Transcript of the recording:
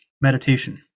meditation